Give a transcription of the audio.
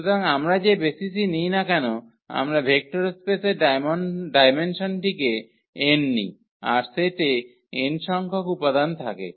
সুতরাং আমরা যে বেসিসই নিই না কেন আমরা ভেক্টর স্পেসের ডায়মেনসনটিকে n নিই আর সেটে n সংখ্যক উপাদান থাকে